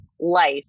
life